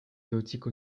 exotiques